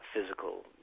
physical